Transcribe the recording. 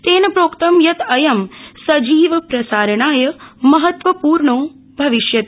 तेन प्रोक्तम् यत् अयम् सजीव प्रसारणाय महत्व ूर्णो भविष्यति